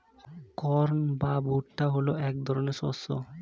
corn বা ভুট্টা হলো এক ধরনের শস্য